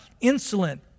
insolent